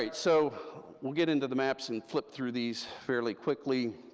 so we'll get into the maps, and flip through these fairly quickly,